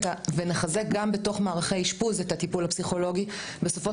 ונחזק גם בתוך מערכי האשפוז את הטיפול הפסיכולוגי בסופו